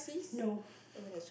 no